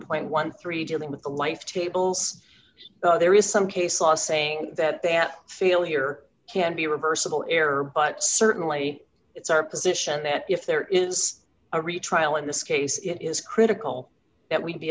point one three dealing with life tables there is some case law saying that that failure can be reversible error but certainly it's our position that if there is a retrial in this case it is critical that we be